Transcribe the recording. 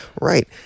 Right